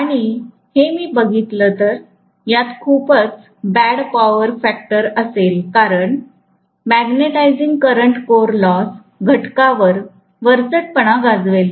आणि हे मी बघितलं तर यात खूपच बॅड पॉवर फॅक्टर असेल कारण मॅग्नेटिझिंग करंट कोर लॉस घटका वर वरचढपणा गाजवेल